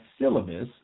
syllabus